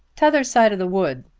tother side of the wood,